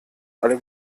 alle